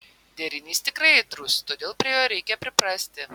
derinys tikrai aitrus todėl prie jo reikia priprasti